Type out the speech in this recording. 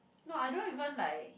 no I don't even like